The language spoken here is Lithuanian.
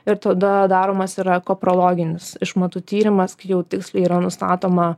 ir tada daromas yra koprologinis išmatų tyrimas kai jau tiksliai yra nustatoma